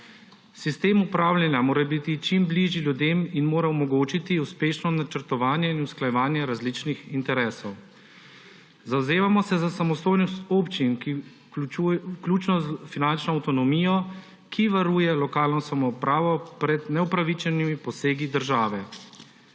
Sistem upravljanja mora biti čim bližji ljudem in mora omogočiti uspešno načrtovanje in usklajevanje različnih interesov. Zavzemamo se za samostojnost občin, vključno s finančno avtonomijo, ki varuje lokalno samoupravo pred neupravičenimi posegi države.